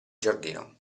giardino